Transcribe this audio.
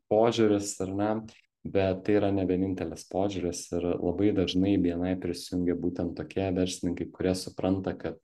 požiūris ar ne bet tai yra ne vienintelis požiūris ir labai dažnai bni prisijungia būtent tokie verslininkai kurie supranta kad